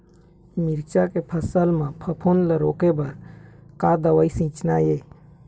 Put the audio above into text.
मिरचा के फसल म फफूंद ला रोके बर का दवा सींचना ये?